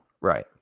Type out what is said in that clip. right